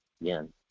again